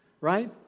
right